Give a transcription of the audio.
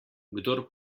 kdor